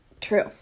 True